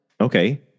Okay